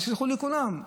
ויסלחו לי כולם,